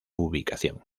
ubicación